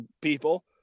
people